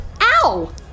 Ow